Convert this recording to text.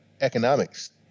economics